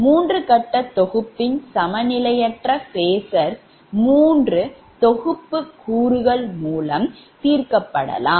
3 கட்ட தொகுப்பின் சமநிலையற்ற phasors மூன்று தொகுப்பு கூறுகள் மூலம் தீர்க்கப்படலாம்